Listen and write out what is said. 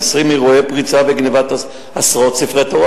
20 אירועי פריצה וגנבה של עשרות ספרי תורה,